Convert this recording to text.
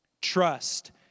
Trust